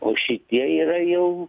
o šitie yra jau